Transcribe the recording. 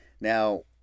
Now